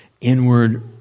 inward